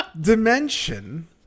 dimension